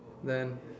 then